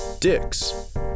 dicks